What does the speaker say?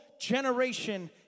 generation